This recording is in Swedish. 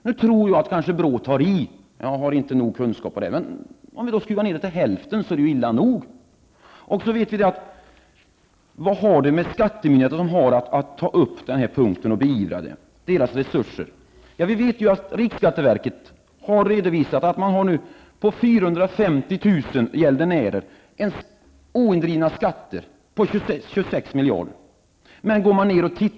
BRÅ tar kanske i -- jag har inte nog kunskap om det -- men hälften är illa nog. Riksskatteverket har redovisat att man har fordringar på 450 000 gäldenärer om oindrivna skatter på 26 miljarder.